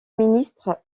ministre